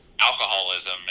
alcoholism